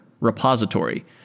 repository